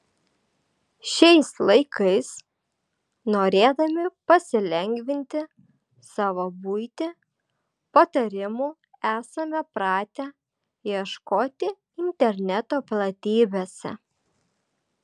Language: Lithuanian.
šiais laikais norėdami pasilengvinti savo buitį patarimų esame pratę ieškoti interneto platybėse